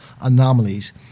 anomalies